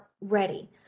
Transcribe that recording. ready